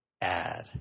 add